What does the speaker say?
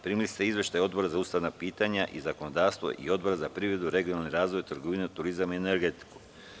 Primili ste izveštaje Odbora za ustavna pitanja i zakonodavstvo i Odbora za privredu, regionalni razvoj, trgovinu, turizam i energetiku.